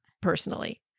personally